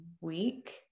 week